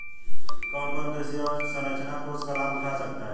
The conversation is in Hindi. कौन कौन कृषि अवसरंचना कोष का लाभ उठा सकता है?